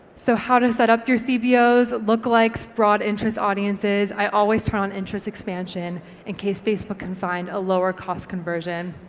so how to set up your cbo's? lookalikes, broad interest audiences, i always turn on interest expansion in case facebook can find a lower cost conversion.